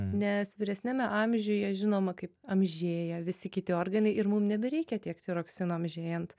nes vyresniame amžiuje žinoma kaip amžėja visi kiti organai ir mum nebereikia tiek tiroksino amžėjant